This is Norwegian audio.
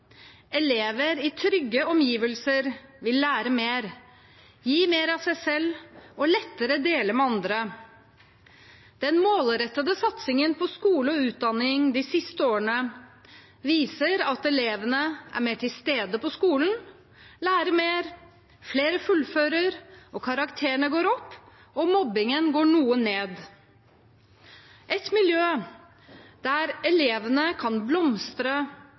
Elever i trygge omgivelser vil lære mer, gi mer av seg selv og lettere dele med andre. Den målrettede satsingen på skole og utdanning de siste årene viser at elevene er mer til stede på skolen, lærer mer, flere fullfører, karakterene går opp, og mobbingen går noe ned. Et miljø der elevene kan blomstre,